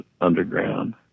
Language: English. underground